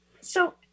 So-